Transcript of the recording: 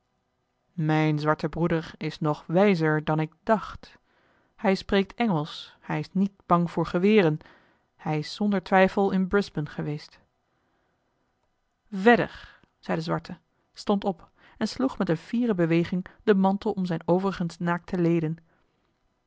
mijn zwarte broeder is nog wijzer dan ik dacht hij spreekt engelsch hij is niet bang voor geweren hij is zonder twijfel in brisbane geweest verder zeide de zwarte stond op en sloeg met eene fiere beweging den mantel om zijne overigens naakte leden